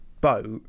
boat